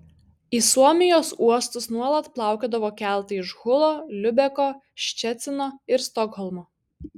į suomijos uostus nuolat plaukiodavo keltai iš hulo liubeko ščecino ir stokholmo